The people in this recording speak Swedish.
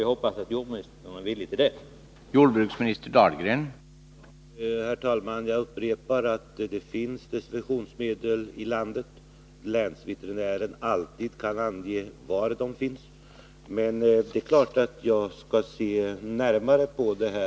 Jag hoppas att jordbruksministern är villig att se till att den kommer till stånd.